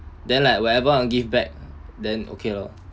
then like wherever I give back then okay loh